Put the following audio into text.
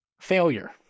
Failure